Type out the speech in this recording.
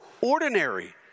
ordinary